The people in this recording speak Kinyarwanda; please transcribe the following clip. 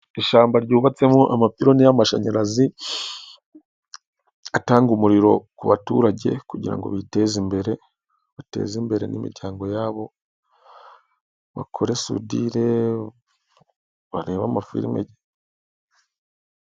Ishyamba ryubatsemo amapironi y'amashanyarazi atanga umuriro ku baturage kugira ngo biteze imbere, bateze imbere n'imiryango yabo bakore sudire, bareba amafirime.